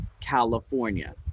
California